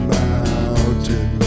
mountain